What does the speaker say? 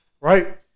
right